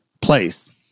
Place